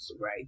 Right